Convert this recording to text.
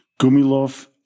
Gumilov